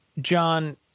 John